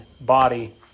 body